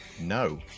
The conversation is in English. no